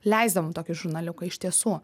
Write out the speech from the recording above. leisdavom tokį žurnaliuką iš tiesų